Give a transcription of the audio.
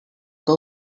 que